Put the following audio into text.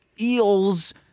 eels